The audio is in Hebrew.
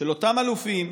שאותם אלופים